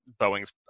boeing's